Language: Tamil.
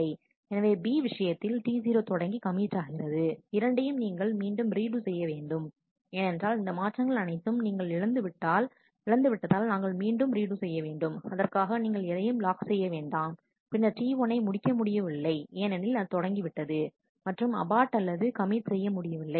எனவே B விஷயத்தில் T0 தொடங்கி கமிட் ஆகிறது இரண்டையும் நீங்கள் மீண்டும் ரீடு செய்ய வேண்டும் ஏனென்றால் இந்த மாற்றங்கள் அனைத்தையும் நீங்கள் இழந்துவிட்டதால் நாங்கள் மீண்டும் ரீடு செய்ய வேண்டும் அதற்காக நீங்கள் எதையும் லாக் செய்ய வேண்டாம் பின்னர் T1 ஐ முடிக்க முடியவில்லை ஏனெனில் அது தொடங்கிவிட்டது மற்றும் அபார்ட்அல்லது கமிட் செய்ய வில்லை